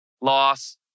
loss